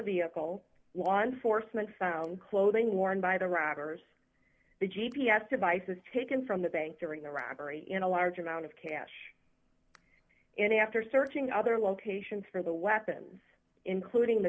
vehicle law enforcement found clothing worn by the robbers the g p s devices taken from the bank during the robbery in a large amount of cash and after searching other locations for the weapons including the